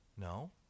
No